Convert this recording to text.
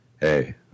hey